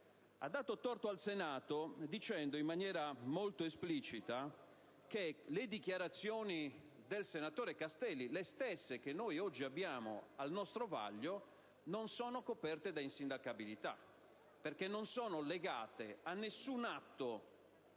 ha dato torto al Senato dicendo, in maniera molto esplicita, che le dichiarazioni del senatore Castelli - le stesse che noi oggi abbiamo al nostro vaglio - non sono coperte da insindacabilità perché non sono legate a nessun atto